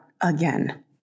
again